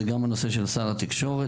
זה גם לנושא של שר התקשורת,